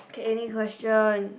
okay next question